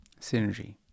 Synergy